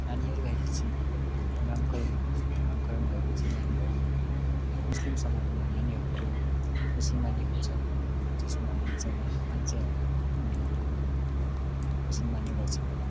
नानीहरू आएपछि नामकरण नामकरण भएपछि नानीहरूको मुस्लिम समाजमा नानीहरूको मुसलमानी हुन्छ जसमा एकजना मान्छे आएर उनीहरूको मुसलमानी गर्छ